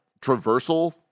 traversal